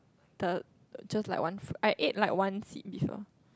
the I just like one fru~ I ate like one seed before